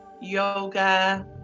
yoga